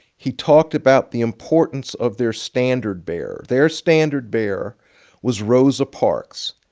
he talked about the importance of their standard bearer. their standard bearer was rosa parks.